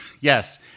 yes